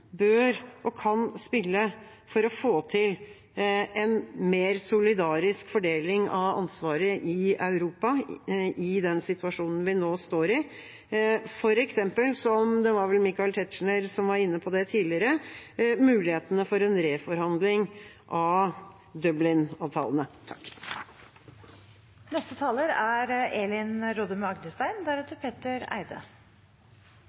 bør og kan spille for å få til en mer solidarisk fordeling av ansvaret i Europa, i den situasjonen vi nå står i. For eksempel var vel Michael Tetzschner tidligere inne på mulighetene for en reforhandling av Dublin-avtalene. For første gang går debatten om utenrikspolitisk redegjørelse og årsmeldingene fra Stortingets internasjonale delegasjoner samlet. Det er